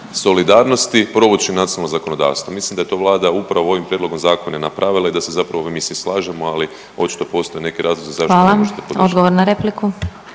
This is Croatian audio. solidarnosti provući u nacionalno zakonodavstvo. Mislim da je to Vlada upravo ovim Prijedlogom zakona i napravila i da se zapravo mi svi slažemo, ali očito postoje neki razlozi zašto ne možete podržati. **Glasovac, Sabina